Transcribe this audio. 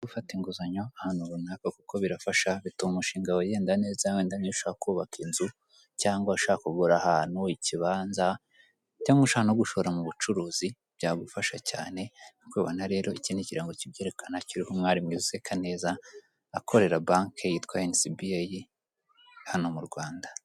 Gufata inguzanyo ahantu runaka kuko birafasha bituma umushinga wawe ugenda neza, wenda niba ushaka kubaka inzu, cyangwa ashakagura ahantu ikibanza cyangwa ushaka no gushora mu bucuruzi byagufasha cyane , rero iki ni ikirango kibyerekana kiriho umwari mwiza useka neza akorera banki yitwa inesibiyeyi ikorera hano mu rwanda.